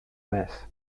mass